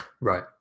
Right